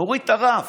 נוריד את הרף.